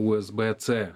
usb c